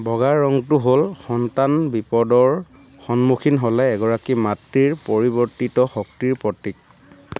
বগা ৰঙটো হ'ল সন্তান বিপদৰ সন্মুখীন হ'লে এগৰাকী মাতৃৰ পৰিৱৰ্তিত শক্তিৰ প্ৰতীক